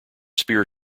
spear